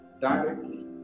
directly